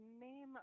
name